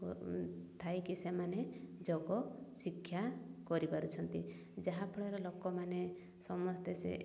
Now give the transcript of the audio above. ଥାଇକି ସେମାନେ ଯୋଗ ଶିକ୍ଷା କରିପାରୁଛନ୍ତି ଯାହାଫଳରେ ଲୋକମାନେ ସମସ୍ତେ ସେ